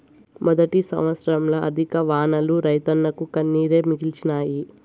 మొదటి సంవత్సరంల అధిక వానలు రైతన్నకు కన్నీరే మిగిల్చినాయి